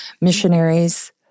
missionaries